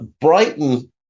Brighton